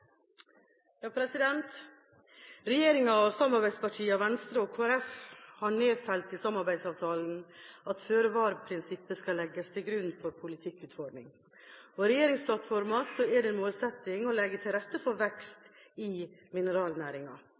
Regjeringa og samarbeidspartiene Venstre og Kristelig Folkeparti har nedfelt i samarbeidsavtalen at føre-var-prinsippet skal legges til grunn for politikkutforming. I regjeringsplattforma er det en målsetting å legge til rette for vekst i mineralnæringa.